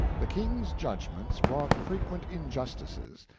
the king's judgments wrought frequent injustices,